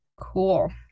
Cool